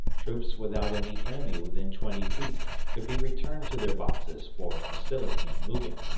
troops without any enemy within twenty feet could be returned to their boxes for facility in moving.